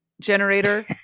generator